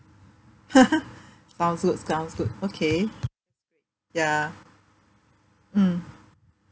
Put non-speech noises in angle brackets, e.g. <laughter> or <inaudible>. <laughs> sounds good sounds good okay ya mm